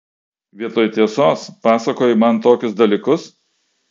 vietoj tiesos pasakoji man tokius dalykus